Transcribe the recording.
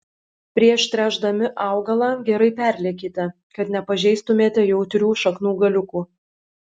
prieš tręšdami augalą gerai perliekite kad nepažeistumėte jautrių šaknų galiukų